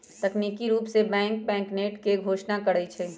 तकनिकी रूप से बैंक बैंकनोट के घोषणा करई छई